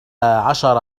عشر